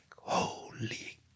holy